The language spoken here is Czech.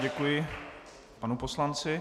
Děkuji panu poslanci.